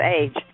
age